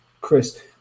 Chris